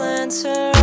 answer